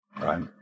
right